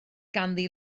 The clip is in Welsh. ganddi